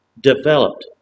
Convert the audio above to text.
developed